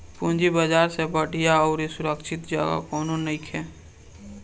पूंजी बाजार से बढ़िया अउरी सुरक्षित जगह कौनो नइखे